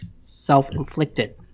self-inflicted